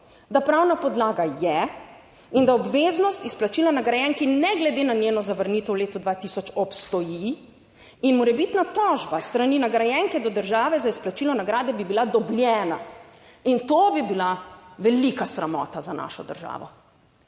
da pravna podlaga je in da obveznost izplačila nagrajenki, ne glede na njeno zavrnitev v letu 2000 obstoji in morebitna tožba s strani nagrajenke do države za izplačilo nagrade bi bila dobljena in to bi bila velika sramota za našo državo,